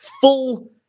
full